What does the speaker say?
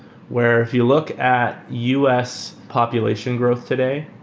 where if you look at us population growth today,